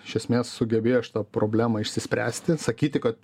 iš esmės sugebėjo šitą problemą išsispręsti sakyti kad